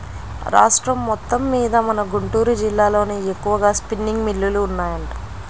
రాష్ట్రం మొత్తమ్మీద మన గుంటూరు జిల్లాలోనే ఎక్కువగా స్పిన్నింగ్ మిల్లులు ఉన్నాయంట